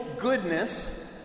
goodness